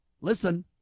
listen